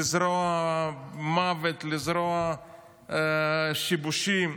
לזרוע מוות, לזרוע שיבושים.